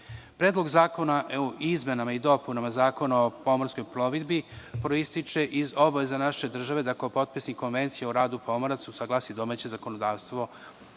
Vlada. Predlog zakona o izmenama i dopunama Zakona o pomorskoj plovidbi proističe iz obaveze naše države da, kao potpisnik Konvencije o radu pomoraca, usaglasi domaće zakonodavstvo